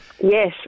Yes